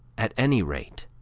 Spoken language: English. at any rate,